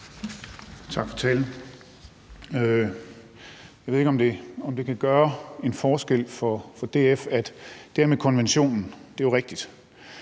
Tak for talen. Jeg ved ikke, om det kan gøre en forskel for DF, at det her med konventionen – det er jo rigtigt